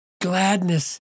gladness